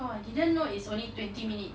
oh I didn't know it's only twenty minute